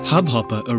Hubhopper